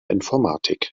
informatik